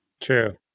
True